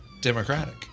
democratic